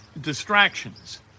distractions